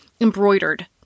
embroidered